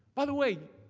by the way,